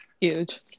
huge